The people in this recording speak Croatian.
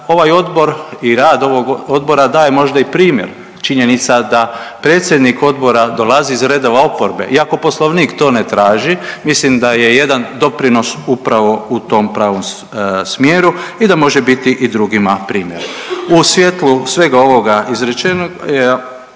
ovaj odbor i rad ovog odbora daje možda i primjer, činjenica da predsjednik odbora dolazi iz redova oporbe iako Poslovnik to ne traži mislim da je jedan doprinos upravo u tom pravom smjeru i da može biti i drugima primjer. U svjetlu svega ovoga izrečenog